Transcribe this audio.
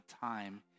time